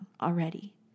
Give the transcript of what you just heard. already